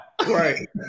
Right